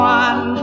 one